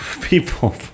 people